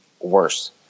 worse